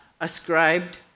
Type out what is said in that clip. ascribed